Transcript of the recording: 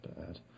bad